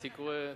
הייתי קורא,